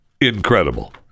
incredible